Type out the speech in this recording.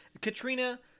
Katrina